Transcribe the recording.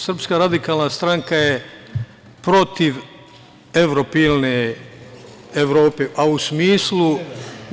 Srpska radikalna stranka je protiv evropilne Evrope, a u smislu EU.